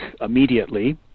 immediately